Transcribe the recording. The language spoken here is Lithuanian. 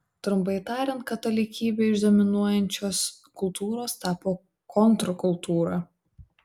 trumpai tariant katalikybė iš dominuojančios kultūros tapo kontrkultūra